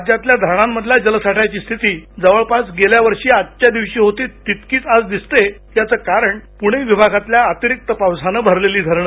राज्यातल्या धरणांमधल्या जलसाठ्याची स्थिती जवळपास गेल्यावर्षी आजच्या दिवशी होती तितकीच आज दिसते याचं कारण पूणे विभागातल्या अतिरिक्त पावसानं भरलेली धरण